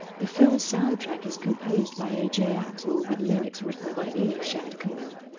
the film's soundtrack is composed by ajay-atul with lyrics written by irshad kamil.